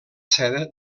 seda